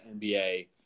NBA